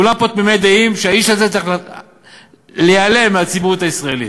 כולם פה תמימי דעים שהאיש הזה צריך להיעלם מהציבוריות הישראלית.